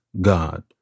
God